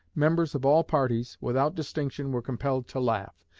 members of all parties, without distinction, were compelled to laugh.